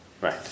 Right